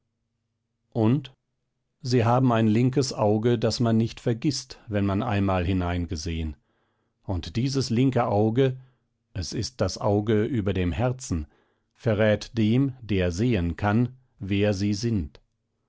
und sie haben ein linkes auge das man nicht vergißt wenn man einmal hineingesehen und dieses linke auge es ist das auge über dem herzen verrät dem der sehen kann wer sie sind